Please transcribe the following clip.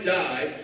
die